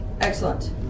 Excellent